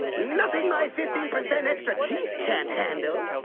nothing my fifteen percent extra teeth can't handle